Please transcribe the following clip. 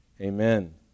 Amen